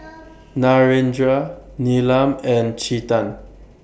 Narendra Neelam and Chetan